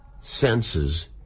senses